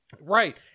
right